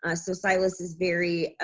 ah so silas is very,